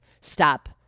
stop